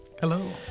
Hello